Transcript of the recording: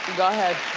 go ahead.